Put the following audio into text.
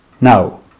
Now